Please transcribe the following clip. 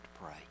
pray